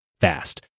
fast